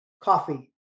Coffee